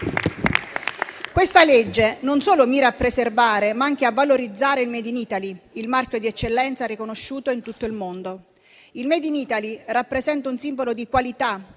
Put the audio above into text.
legge mira non solo a preservare, ma anche a valorizzare il Made in Italy, il marchio di eccellenza riconosciuto in tutto il mondo. Il Made in Italy rappresenta un simbolo di qualità,